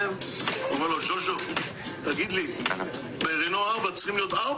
שמירה על שלטון החוק ומניעת הפוליטיזציה של